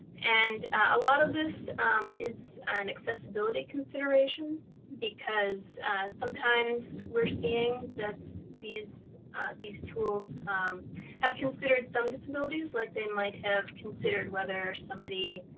and a lot of this is an accessibility consideration because sometimes we're seeing that these these tools have considered some disabilities, like they might have considered whether somebody